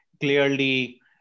clearly